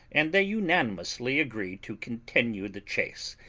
and they unanimously agreed to continue the chase.